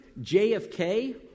JFK